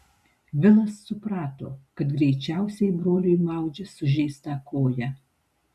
vilas suprato kad greičiausiai broliui maudžia sužeistą koją